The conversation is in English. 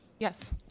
Yes